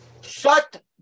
shut